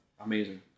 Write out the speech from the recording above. Amazing